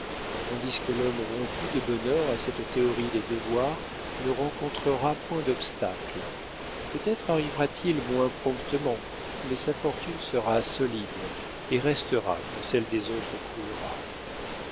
tandis que l'homme rompu de bonne heure à cette théorie des devoirs ne rencontrera point d'obstacles peut-être arrivera-t-il moins promptement mais sa fortune sera solide et restera quand celle des autres croulera